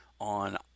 on